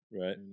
Right